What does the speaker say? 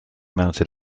mounted